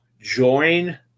join